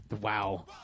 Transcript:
Wow